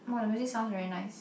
(wah) the music sounds very nice